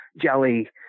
jelly